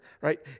right